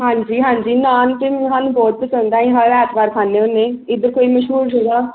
ਹਾਂਜੀ ਹਾਂਜੀ ਨਾਨ ਤਾਂ ਮੈਨੂੰ ਸਾਨੂੰ ਬਹੁਤ ਪਸੰਦ ਹੈ ਅਸੀਂ ਹਰ ਐਤਵਾਰ ਖਾਂਦੇ ਹੁੰਦੇ ਇੱਧਰ ਕੋਈ ਮਸ਼ਹੂਰ ਜਗ੍ਹਾ